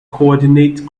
coordinate